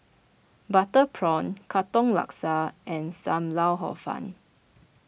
Butter Prawn Katong Laksa and Sam Lau Hor Fun